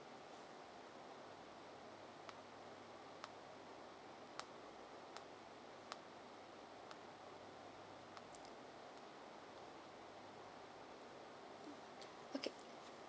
okay